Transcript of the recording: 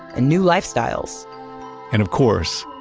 and new lifestyles and of course,